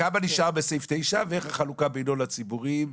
כמה נשאר בסעיף 9 ואיך החלוקה בין הציבוריים,